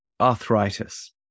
arthritis